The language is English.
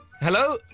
Hello